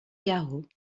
garot